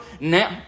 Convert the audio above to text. Now